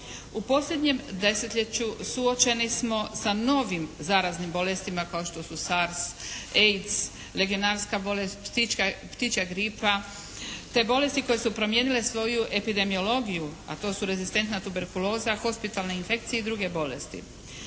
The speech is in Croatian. U posljednjem desetljeću suočeni smo sa novim zaraznim bolestima kao što su SARS, AIDS, legionarska bolest, ptičja gripa te bolesti koje su promijenile svoju epidemiologiju a to su rezistentna tuberkuloza, hospitalne infekcije i druge bolesti.